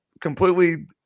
completely